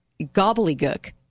gobbledygook